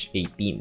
18